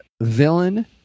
villain